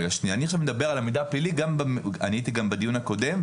אני הייתי גם בדיון הקודם,